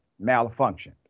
malfunctioned